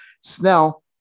Snell